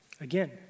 Again